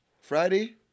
Friday